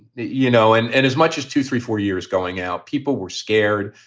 you know, and and as much as two, three, four years going out, people were scared.